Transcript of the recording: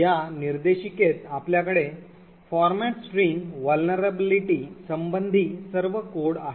या निर्देशिकेत आपल्याकडे format string vulnerability संबंधी सर्व कोड आहेत